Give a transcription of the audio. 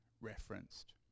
referenced